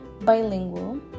bilingual